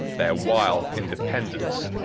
their wild independence,